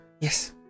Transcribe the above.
Yes